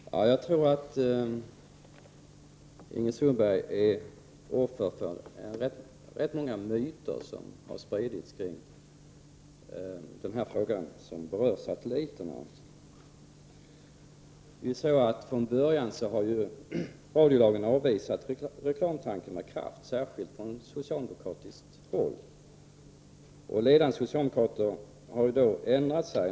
Fru talman! Jag tror att Inger Sundberg är offer för de många myter som har spridits sig kring frågan om satelliterna. Från början avvisades tanken på reklam med kraft. Särskilt har det skett från socialdemokratiskt håll. Ledande socialdemokrater har därvidlag ändrat sig.